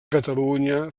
catalunya